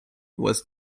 was